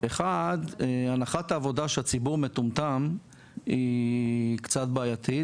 אחד הנחת העבודה שהציבור מטומטם היא קצת בעייתית